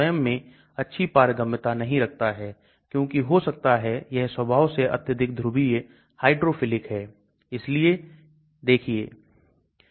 यहां LogP 212 है यहां यह 022 है क्योंकि हमने बहुत सारे CH2 समूहों को हटा दिया है जो कि हाइड्रोफोबिक है यही कारण है कि LogP नीचे चला गया है